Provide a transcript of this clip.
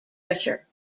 pressure